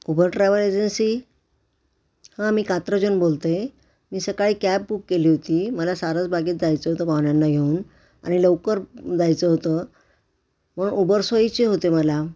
Uber travel agency हां मी कात्रजहून बोलते आहे मी सकाळी कॅब बुक केली होती मला सारसबागेत जायचं होतं पाहुण्यांना घेऊन आणि लवकर जायचं होतं म्हणून उबर सोयीची होते मला